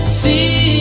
see